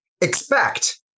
expect